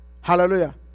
Hallelujah